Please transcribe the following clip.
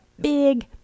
big